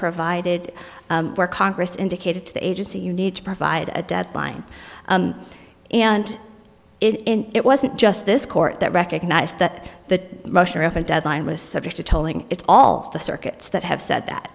provided where congress indicated to the agency you need to provide a deadline and it wasn't just this court that recognized that the motion of a deadline was subject to tolling it's all the circuits that have said that